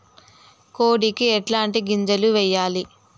కోడికి ఎట్లాంటి గింజలు వేయాలి?